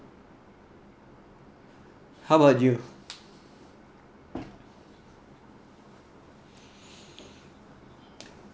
how about you